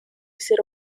ser